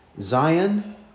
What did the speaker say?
Zion